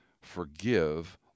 forgive